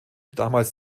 damals